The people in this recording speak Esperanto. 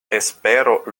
espero